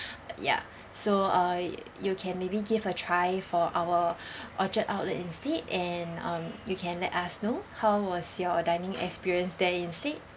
ya so uh you can maybe give a try for our orchard outlet instead and um you can let us know how was your dining experience there instead